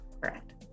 Correct